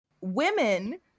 Women